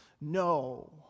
No